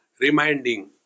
reminding